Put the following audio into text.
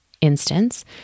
instance